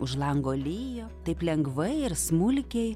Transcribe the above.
už lango lijo taip lengvai ir smulkiai